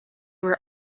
were